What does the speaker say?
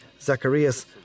Zacharias